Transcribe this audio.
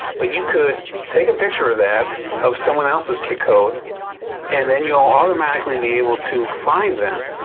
but you could take a picture of that of someone else's kik code and then you'll automatically be able to find them.